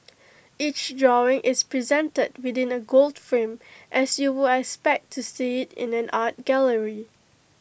each drawing is presented within A gold frame as you would expect to see in an art gallery